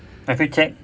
have you checked